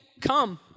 come